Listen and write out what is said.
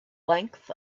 length